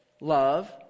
love